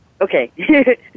okay